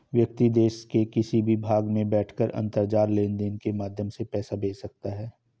व्यक्ति देश के किसी भी भाग में बैठकर अंतरजाल लेनदेन के माध्यम से पैसा भेज सकता है